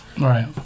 Right